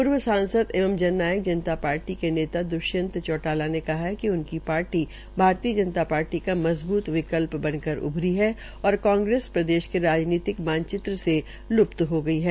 पूर्व सांसद एवं जन नायक जनता पार्टी के नेता द्ष्यंत चौटाला ने कहा है कि उनकी पार्टी भारतीय जनता पार्टी का मजबूत विकल्प बन कर उभरी है और कांग्रेस प्रेदश के राजनीतिक मानचित्र से लूप्त हो गई है